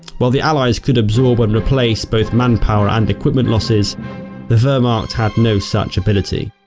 while the allies could absorb and replace both manpower and equipment losses the wehrmacht had no such ability.